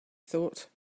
thought